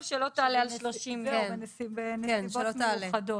שלא תעלה על 30 יום בנסיבות מיוחדות.